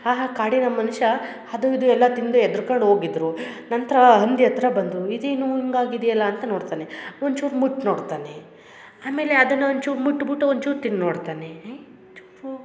ಆ ಹ ಕಾಡಿನ ಮನುಷ್ಯ ಅದು ಇದು ಎಲ್ಲ ತಿಂದು ಹೆದ್ರಕಂಡ್ ಹೋಗಿದ್ರು ನಂತರ ಹಂದಿ ಹತ್ರ ಬಂದರು ಇದೇನು ಹಿಂಗಾಗಿದ್ಯಲ್ಲ ಅಂತ ನೋಡ್ತಾನೆ ಒಂಚೂರು ಮುಟ್ಟಿ ನೋಡ್ತಾನೆ ಆಮೇಲೆ ಅದನ್ನ ಒಂಚೂರು ಮುಟ್ಬುಟ್ಟು ಒಂಚೂರು ತಿಂದು ನೋಡ್ತಾನೆ ಹೇ ಚೂರು